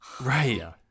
Right